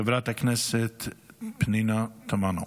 חברת הכנסת פנינה תמנו.